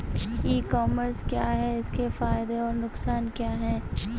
ई commerce क्या है इसके फायदे और नुकसान क्या है?